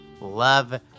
Love